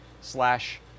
slash